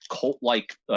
cult-like